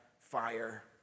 fire